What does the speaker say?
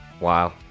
wow